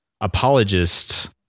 apologist